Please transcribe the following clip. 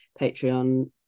patreon